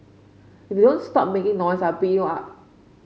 if you don't stop making noise I'll beat you up